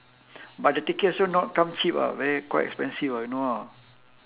but the ticket also not come cheap ah very quite expensive ah you know ah